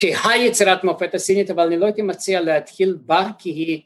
כה-יצירת מופת הסינית, אבל אני לא הייתי מציע להתחיל בה כי היא